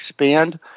expand